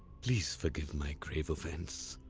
please forgive my grave offence.